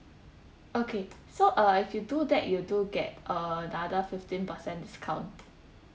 okay so uh if you do that you do get another fifteen percent discount